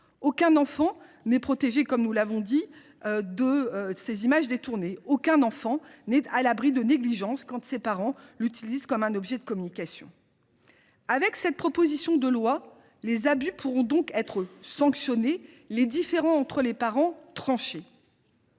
Aucun enfant n’est protégé, comme nous l’avons dit, de ces images détournées. Aucun enfant n’est à l’abri de négligence quand ses parents l’utilisent comme un objet de communication. Grâce à l’adoption de cette proposition de loi, les abus pourront donc être sanctionnés, les différends entre les parents tranchés.